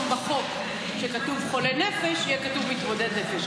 בחוק שכתוב בו "חולה נפש" יהיה כתוב "מתמודד נפש",